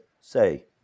say